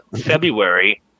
February